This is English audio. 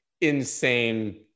insane